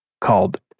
called